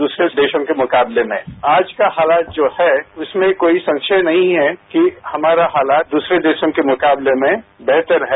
दूसरे देशों के मुकाबले में आज का हालात जो है उसमें कोई संशय नहीं है कि हमारा हालात दूसरे देशों के मुकाबले में बेहतर है